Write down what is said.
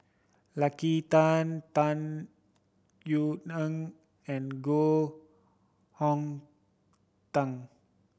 Lucy Tan Tung Yue Nang and Koh Hong Teng